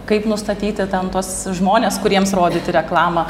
kaip nustatyti ten tuos žmones kuriems rodyti reklamą